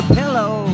pillow